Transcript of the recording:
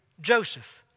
Joseph